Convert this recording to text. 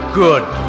good